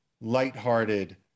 lighthearted